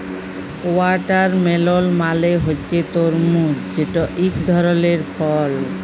watermelon মালে হছে তরমুজ যেট ইক ধরলের ফল